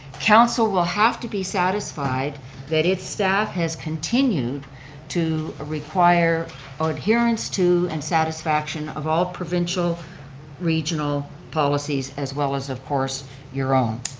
council will have to be satisfied that its staff has continued to require adherence to and satisfaction of all provincial regional policies, as well as of course your own.